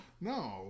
No